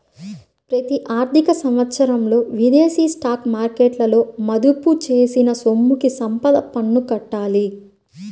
ప్రతి ఆర్థిక సంవత్సరంలో విదేశీ స్టాక్ మార్కెట్లలో మదుపు చేసిన సొమ్ముకి సంపద పన్ను కట్టాలి